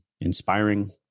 inspiring